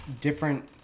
different